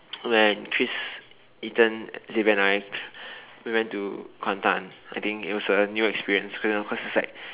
when Chris Ethan Liv and I we went to Kuantan I think it was a new experience cause you know because it was like